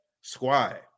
squad